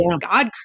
God